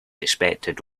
expected